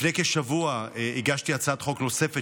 לפני כשבוע הגשתי הצעת חוק נוספת,